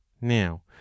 now